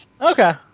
Okay